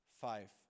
five